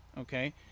Okay